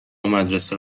مدرسه